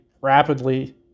rapidly